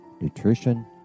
nutrition